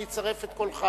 אני אצרף את קולך.